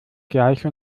gleiche